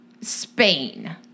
Spain